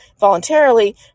voluntarily